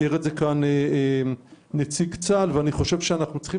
נציג צה"ל תיאר זאת כאן ואני חושב שאנחנו צריכים